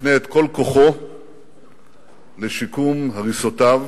יפנה את כל כוחו לשיקום הריסותיו.